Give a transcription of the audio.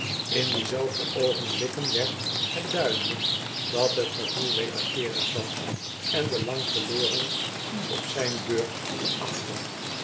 in diezelfde oogenblikken werd het duidelijk dat dat gevoel wederkeerig was en de lang verlorene ons op zijn beurt